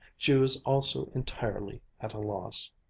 she was also entirely at a loss.